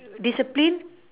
discipline